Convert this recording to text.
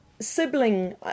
sibling